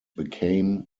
became